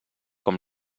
com